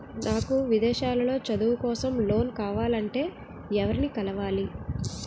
నాకు విదేశాలలో చదువు కోసం లోన్ కావాలంటే ఎవరిని కలవాలి?